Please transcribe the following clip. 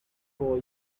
for